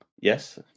Yes